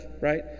right